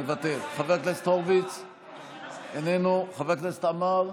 מוותר, חבר הכנסת הורוביץ, איננו, חבר הכנסת עמאר,